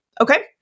Okay